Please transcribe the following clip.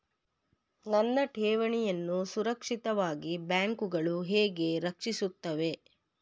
ನನ್ನ ಠೇವಣಿಯನ್ನು ಸುರಕ್ಷಿತವಾಗಿ ಬ್ಯಾಂಕುಗಳು ಹೇಗೆ ರಕ್ಷಿಸುತ್ತವೆ?